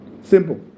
Simple